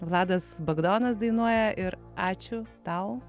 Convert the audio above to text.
vladas bagdonas dainuoja ir ačiū tau